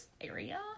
area